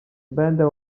będę